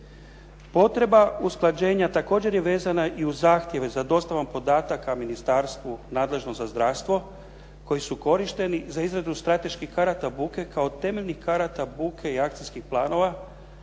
Potreba usklađenja također je vezana i uz zahtjeve za dostavom podataka ministarstvu nadležnom za zdravstvo koji su korišteni za izradu strateških karata buke kao temeljnih karata buke i akcijskih planova,